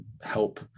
help